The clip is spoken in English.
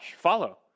follow